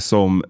Som